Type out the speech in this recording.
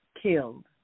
killed